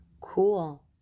Cool